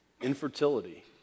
infertility